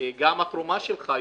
גם התרומה שלך,